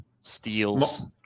steals